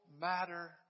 matter